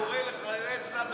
קורא לחיילי צה"ל,